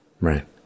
Right